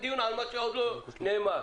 למה את ממהרת, תמר?